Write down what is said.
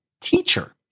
teacher